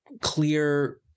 clear